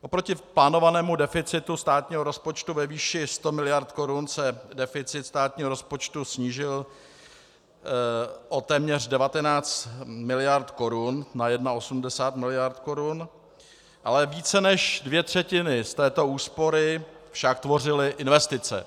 Oproti plánovanému deficitu státního rozpočtu ve výši 100 mld. korun se deficit státního rozpočtu snížil o téměř 19 mld. korun na 81 mld. korun, ale více než dvě třetiny z této úspory však tvořily investice.